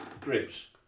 grips